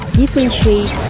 differentiate